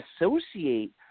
associate